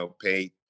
pay